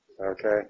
Okay